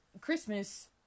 Christmas